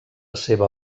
seva